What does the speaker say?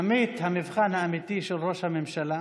עמית, המבחן האמיתי של ראש הממשלה